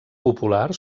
popular